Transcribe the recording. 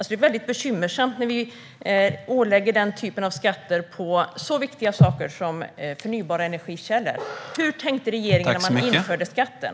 Det är väldigt bekymmersamt när vi lägger den typen av skatter på så viktiga saker som förnybara energikällor. Hur tänkte regeringen när man införde skatten?